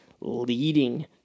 leading